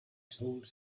told